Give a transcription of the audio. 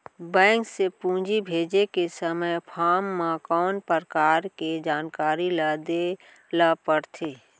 Bank से पूंजी भेजे के समय फॉर्म म कौन परकार के जानकारी ल दे ला पड़थे?